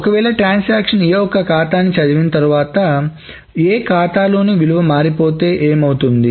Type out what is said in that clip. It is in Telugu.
ఒకవేళ ట్రాన్సాక్షన్ A యొక్క ఖాతాను చదివి తర్వాత A ఖాతాలోనే విలువ మారిపోతే ఏమవుతుంది